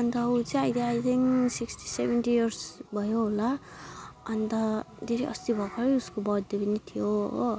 अन्त ऊ चाहिँ अहिले I think sixty seventy years भयो होला अन्त धेरै अस्ति भर्खर उसको बर्थडे पनि थियो हो